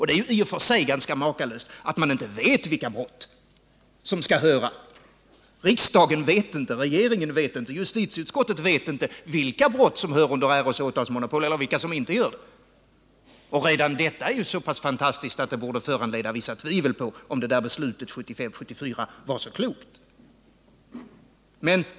Detta är i och för sig makalöst — riksdagen vet inte, regeringen vet inte, justitieutskottet vet inte vilka brott som hör under RÅ:s åtalsmonopol och vilka som inte gör det. Redan detta är så pass fantastiskt att det borde föranleda vissa tvivel på att det där beslutet 1974 var så klokt.